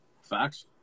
facts